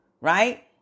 Right